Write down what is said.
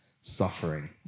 suffering